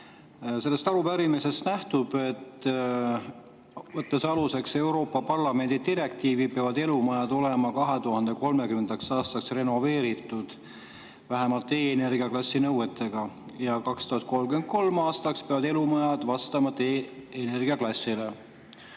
Sellest arupärimisest nähtub, et võttes aluseks Euroopa Parlamendi direktiivi, peavad elumajad olema 2030. aastaks renoveeritud vähemalt E-energiaklassi nõuete kohaselt ja 2033. aastaks peavad elumajad vastama D‑energiaklassile.